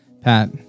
Pat